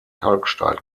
kalkstein